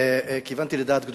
כיוונתי לדעת גדולים.